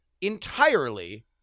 entirely